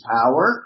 power